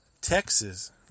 Texas